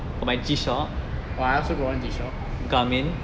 oh I also got one G shock